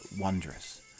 wondrous